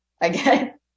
again